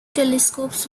telescopes